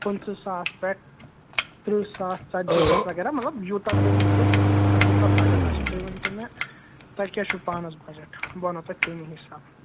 پٕنٛژٕ ساس پٮ۪ٹھ تٕرٛہ ساس ژَتجی ساس وغیرہ یوٗتاہ تُہۍ ہیٚکِو تۄہہِ یوٗتاہ بَجٹ آسِوٕ تُہۍ ؤنۍتو مےٚ تۄہہِ کیٛاہ چھُو پانَس بَجَٹ بہٕ وَنو تۄہہِ تَمی حِساب